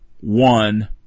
one